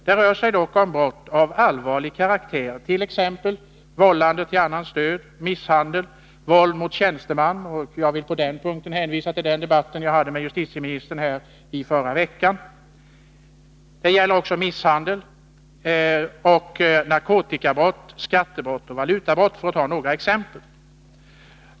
Det rör sig dock om brott av allvarlig karaktär, t.ex. vållande till annans död, misshandel, våld mot tjänsteman — på den punkten vill jag hänvisa till den debatt som jag i förra veckan hade med justitieministern —, narkotikabrott, skattebrott och valutabrott.